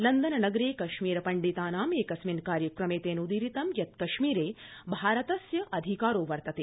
London नगरे कश्मीर पण्डितानाम् एकस्मिन् कार्यक्रमे तेनोदीरितं यत् कश्मीरे भारतस्य अधिकारो वर्तते